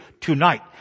tonight